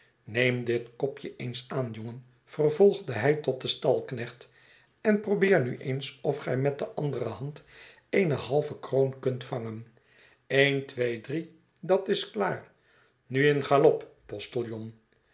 neem dit kopje eens aan jongen vervolgde hij tot den stalknecht en probeer nu eens of gij met de andere hand eene halve kroon kunt vangen een twee drie dat is klaar nu in galop